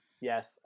Yes